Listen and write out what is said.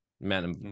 man